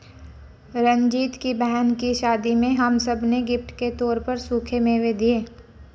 रंजीत की बहन की शादी में हम सब ने गिफ्ट के तौर पर सूखे मेवे दिए